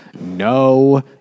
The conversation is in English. no